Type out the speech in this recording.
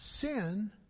Sin